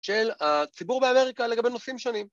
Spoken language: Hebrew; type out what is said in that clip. של הציבור באמריקה לגבי נושאים שונים.